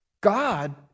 God